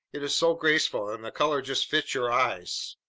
it is so graceful, and the color just fits your eyes.